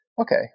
okay